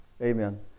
Amen